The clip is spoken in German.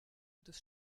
des